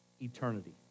eternity